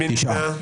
מי נמנע?